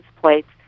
plates